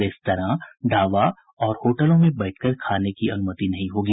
restaurant dhaba और होटलों में बैठकर खाने की अनुमति नहीं होगी